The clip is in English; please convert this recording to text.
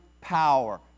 power